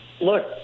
look